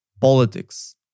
politics